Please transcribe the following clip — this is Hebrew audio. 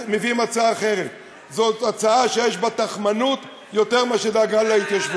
המרעה הוא דבר זמני, גם עונתי,